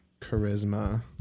charisma